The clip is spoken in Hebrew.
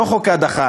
לא חוק ההדחה,